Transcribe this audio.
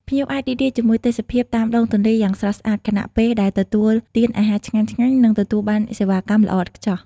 ភ្ញៀវអាចរីករាយជាមួយទេសភាពតាមដងទន្លេយ៉ាងស្រស់ស្អាត ខណៈពេលដែលទទួលទានអាហារឆ្ងាញ់ៗ និងទទួលបានសេវាកម្មល្អឥតខ្ចោះ។